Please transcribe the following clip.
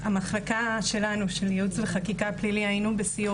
המחלקה שלנו של יעוץ וחקיקה פלילי, היינו בסיור